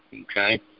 okay